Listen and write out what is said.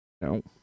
No